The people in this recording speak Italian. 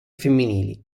femminili